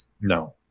no